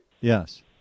Yes